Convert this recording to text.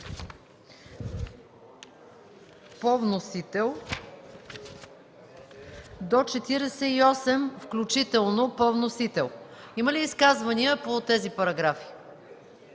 от 37 до 44 включително по вносител. Има ли изказвания по тези параграфи?